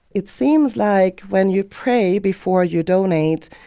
it seems like when you pray before you donate,